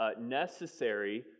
necessary